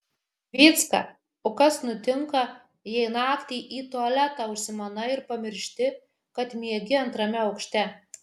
vycka o kas nutinka jei naktį į tualetą užsimanai ir pamiršti kad miegi antrame aukšte